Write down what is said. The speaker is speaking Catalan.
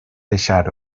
deixar